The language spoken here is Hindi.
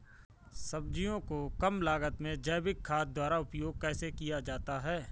सब्जियों को कम लागत में जैविक खाद द्वारा उपयोग कैसे किया जाता है?